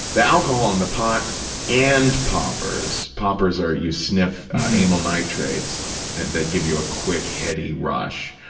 the alcohol and the pot and poppers, poppers are you sniff amyl nitrites that give you a quick, heady rush,